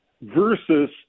versus